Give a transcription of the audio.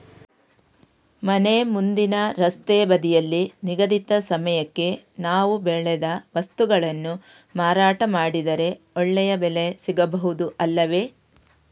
ಮನೆ ಮುಂದಿನ ರಸ್ತೆ ಬದಿಯಲ್ಲಿ ನಿಗದಿತ ಸಮಯಕ್ಕೆ ನಾವು ಬೆಳೆದ ವಸ್ತುಗಳನ್ನು ಮಾರಾಟ ಮಾಡಿದರೆ ಒಳ್ಳೆಯ ಬೆಲೆ ಸಿಗಬಹುದು ಅಲ್ಲವೇ?